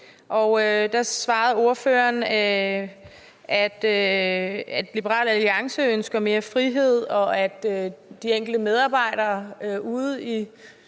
Ordføreren svarede, at Liberal Alliance ønsker mere frihed, at de enkelte medarbejdere ude